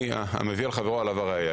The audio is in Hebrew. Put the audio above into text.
המביא על חברו עליו הראיה.